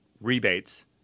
rebates